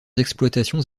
exploitations